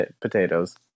potatoes